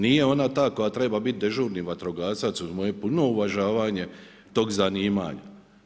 Nije ona ta koja treba biti dežurni vatrogasni uz moje puno uvažavanje tog zanimanja.